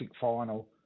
final